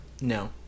No